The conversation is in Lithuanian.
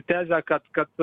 tezę kad kad